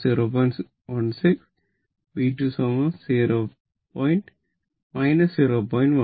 16 b 2 0